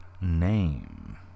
name